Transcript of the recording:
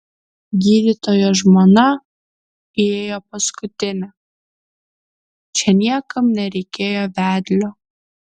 gydytojo žmona įėjo paskutinė čia niekam nereikėjo vedlio